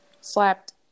slapped